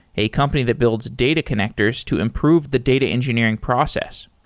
a company that builds data connectors to improve the data engineering process.